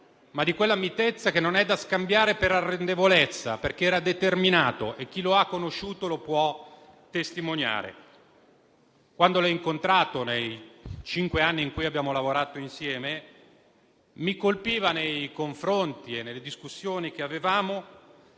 ma di quella mitezza che non è da scambiare per arrendevolezza, perché era determinato e chi lo ha conosciuto lo può testimoniare. Quando l'ho incontrato nei cinque anni in cui abbiamo lavorato insieme, mi colpiva, nei confronti e nelle discussioni che avevamo,